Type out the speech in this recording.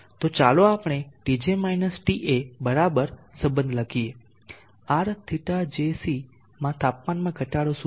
તો ચાલો આપણે Tj માઈનસ Ta બરાબર સંબંધ લખીએ Rθjc માં તાપમાનમાં ઘટાડો શું છે